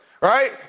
right